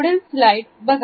पुढील स्लाईड बघा